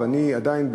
ואני עדיין,